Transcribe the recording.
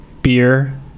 Beer